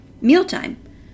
mealtime